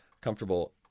comfortable